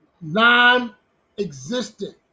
Non-existent